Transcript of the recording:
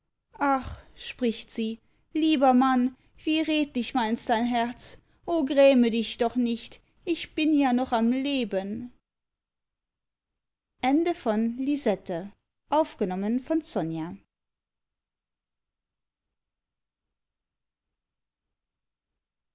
ach spricht sie lieber mann wie redlich meints dein herz o gräme dich doch nicht ich bin ja noch am leben